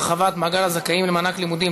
הרחבת מעגל הזכאים למענק לימודים),